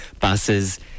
buses